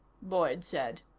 boyd said.